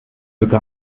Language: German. mücke